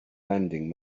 lending